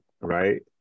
right